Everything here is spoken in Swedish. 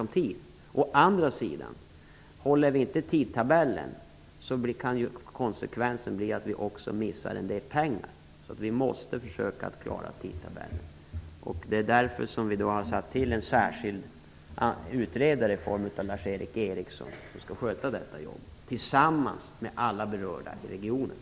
Om vi å andra sidan inte håller tidtabellen, kan konsekvensen bli att vi missar en del pengar. Vi måste därför försöka klara tidtabellen. Vi har av den anledningen tillsatt en särskild utredare, Lars Eric Ericsson, som skall sköta arbetet med detta tillsammans med alla berörda i regionen.